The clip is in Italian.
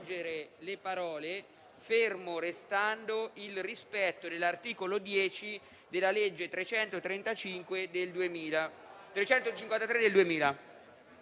le parole: «fermo restando il rispetto dell'articolo 10 della legge n. 353 del 2000»,